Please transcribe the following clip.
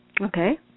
Okay